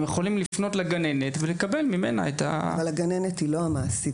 הם יכולים לפנות לגננת ולקבל ממנה --- אבל הגננת היא לא המעסיק.